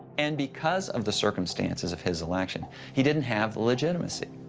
and because of the circumstances of his election, he didn't have legitimacy.